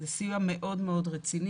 זה סיוע מאוד רציני.